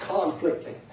conflicting